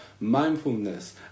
mindfulness